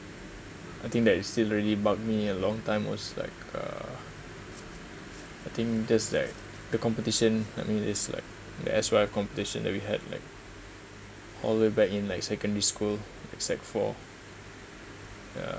I think that it still really bug me a long time was like uh I think just that the competition I mean is like the S_Y_F competition that we had like all the way back in like secondary school like sec four ya